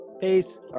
Peace